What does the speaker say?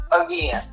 again